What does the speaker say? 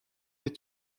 est